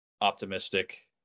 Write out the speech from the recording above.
optimistic